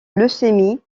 leucémie